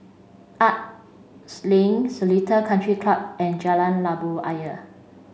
Arts Link Seletar Country Club and Jalan Labu Ayer